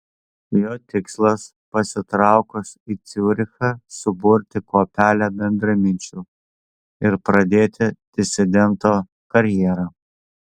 jo tikslas pasitraukus į ciurichą suburti kuopelę bendraminčių ir pradėti disidento karjerą